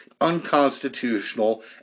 unconstitutional